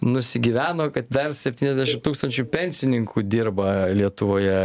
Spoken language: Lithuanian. nusigyveno kad dar septyniasdešim tūkstančių pensininkų dirba lietuvoje